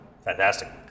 Fantastic